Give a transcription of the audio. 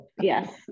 yes